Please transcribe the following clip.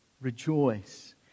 rejoice